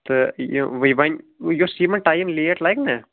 تہٕ یہِ وۄنۍ یُس یِمَن ٹایِم لیٹ لَگہِ نہ